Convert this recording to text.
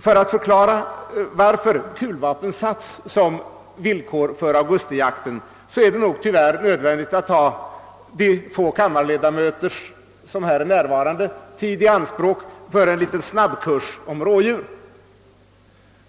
För att förklara varför kulvapen har satts som villkor för augustijakten är det tyvärr nödvändigt att ta de få närvarande kammarledamöternas tid i anspråk för en liten snabbkurs om rådjur.